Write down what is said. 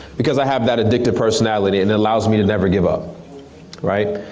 because i have that addictive personality and it allows me to never give up right?